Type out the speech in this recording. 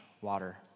water